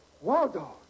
Waldo